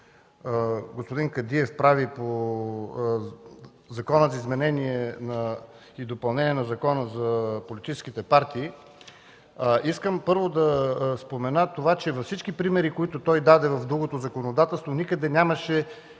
господин Кадиев по Законопроекта за изменение и допълнение на Закона за политическите партии, искам първо да спомена това, че във всички примери, които даде в другото законодателство, никъде нямаше